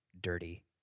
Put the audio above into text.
dirty